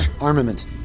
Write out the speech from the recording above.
armament